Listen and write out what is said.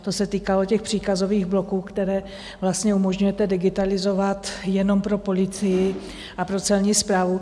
To se týkalo těch příkazových bloků, které vlastně umožňujete digitalizovat jenom pro policii a pro Celní správu.